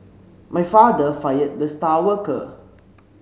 my father fired the star worker